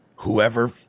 Whoever